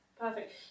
perfect